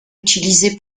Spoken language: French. utiliser